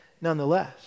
nonetheless